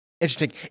interesting